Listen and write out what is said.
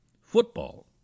football